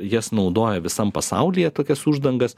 jas naudoja visam pasaulyje tokias uždangas